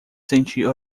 sentir